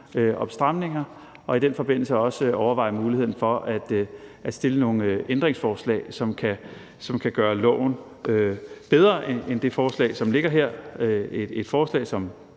og stramninger, og i den forbindelse også overveje muligheden for at stille nogle ændringsforslag, som kan gøre loven bedre end det forslag, som ligger her – et forslag, hvor